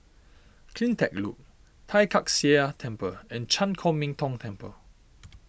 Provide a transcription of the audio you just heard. CleanTech Loop Tai Kak Seah Temple and Chan Chor Min Tong Temple